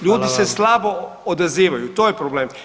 Ljudi se slabo [[Upadica: Hvala vam.]] odazivaju to je problem.